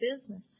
business